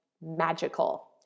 magical